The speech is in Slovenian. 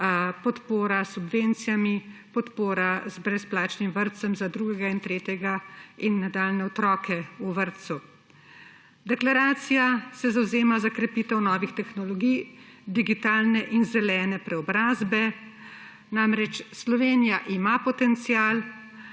podporo s subvencijami, podporo z brezplačnim vrtcem za drugega in tretjega ter nadaljnje otroke v vrtcu. Deklaracija se zavzema za krepitev novih tehnologij, digitalne in zelene preobrazbe. Slovenija ima namreč potencial,